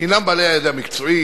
הם בעלי הידע המקצועי,